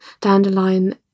dandelion